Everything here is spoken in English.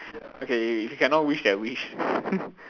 okay if you cannot wish that wish